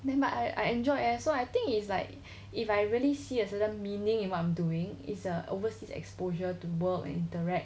then but I I enjoy eh so I think is like if I really see a certain meaning in what I'm doing is a overseas exposure to work and interact